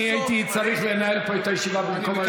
הייתי צריך לנהל פה את הישיבה במקום היושב-ראש.